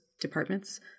departments